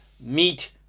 meet